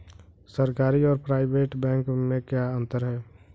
सरकारी और private bank में क्या अंतर है?